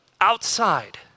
outside